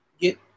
get